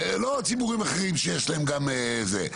לא ציבורים אחרים שיש להם גם זה,